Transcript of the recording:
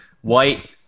White